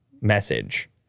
message